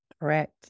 Correct